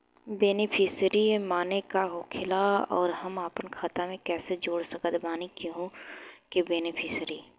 Beneficiary माने का होखेला और हम आपन खाता मे कैसे जोड़ सकत बानी केहु के बेनीफिसियरी?